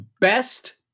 Best